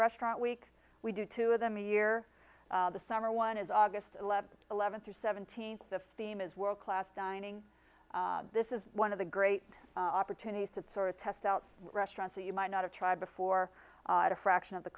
restaurant week we do two of them a year the summer one is august eleventh eleven through seventeen fifteen is world class dining this is one of the great opportunities to sort of test out restaurants that you might not have tried before a fraction of the